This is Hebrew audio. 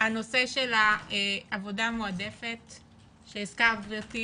נושא העבודה המועדפת שהזכרת, גברתי